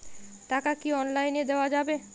টাকা কি অনলাইনে দেওয়া যাবে?